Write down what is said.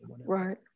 right